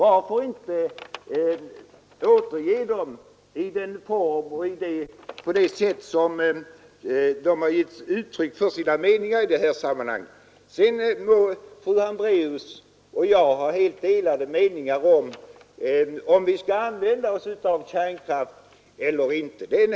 Varför inte återge uttalandena — i den form och på det sätt som experterna har givit uttryck för sina meningar i sammanhanget? Sedan må fru Hambraeus och jag ha helt delade meningar om huruvida vi skall använda oss av kärnkraft eller inte.